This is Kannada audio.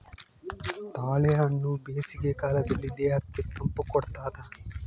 ತಾಳೆಹಣ್ಣು ಬೇಸಿಗೆ ಕಾಲದಲ್ಲಿ ದೇಹಕ್ಕೆ ತಂಪು ಕೊಡ್ತಾದ